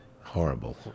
horrible